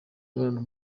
imibonano